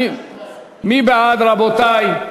מי בעד, רבותי?